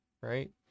right